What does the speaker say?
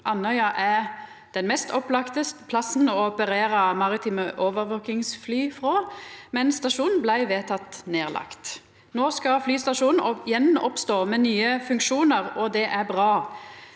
Andøya er den mest opplagde plassen å operera maritime overvakingsfly frå, men stasjonen blei vedteken nedlagd. No skal flystasjonen gjenoppstå med nye funksjonar, og det er bra,